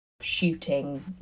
shooting